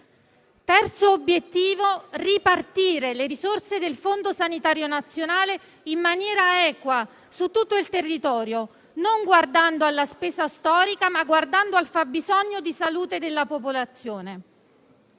Terzo obiettivo: ripartire le risorse del Fondo sanitario nazionale in maniera equa su tutto il territorio, non guardando alla spesa storica, ma al fabbisogno di salute della popolazione.